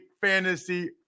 fantasy